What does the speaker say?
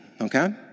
okay